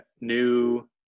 new